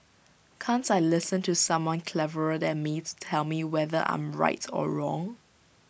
can't I listen to someone cleverer than me to tell me whether I am right or wrong